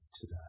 today